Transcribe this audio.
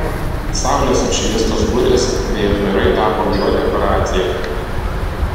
saulės apšviestos burės bei aitvarai tapo gyva dekoracija